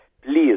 Please